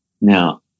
Now